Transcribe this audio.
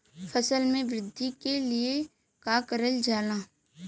फसल मे वृद्धि के लिए का करल जाला?